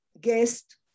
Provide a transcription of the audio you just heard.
guest